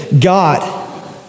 God